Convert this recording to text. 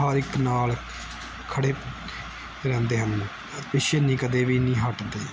ਹਰ ਇੱਕ ਨਾਲ ਖੜ੍ਹੇ ਰਹਿੰਦੇ ਹਨ ਪਿੱਛੇ ਨਹੀਂ ਕਦੇ ਵੀ ਨਹੀਂ ਹਟਦੇ